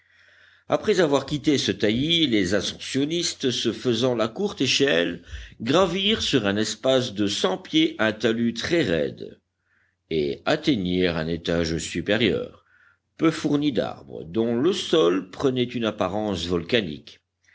après avoir quitté ce taillis les ascensionnistes se faisant la courte échelle gravirent sur un espace de cent pieds un talus très raide et atteignirent un étage supérieur peu fourni d'arbres dont le sol prenait une apparence volcanique